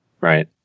right